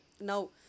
now